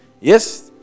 Yes